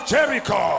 Jericho